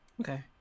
okay